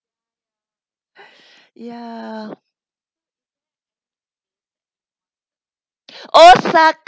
ya osaka